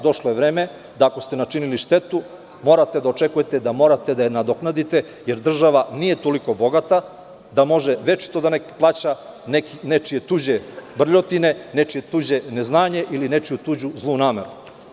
Došlo je vreme, ako ste načinili štetu, morate da očekujete da morate da je nadoknadite, jer država nije toliko bogata da može večito da plaća nečije tuđe brljotine, neznanje ili zlu nameru.